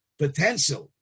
potential